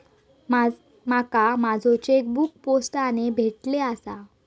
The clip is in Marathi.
माका माझो चेकबुक पोस्टाने भेटले आसा